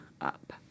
up